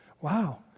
Wow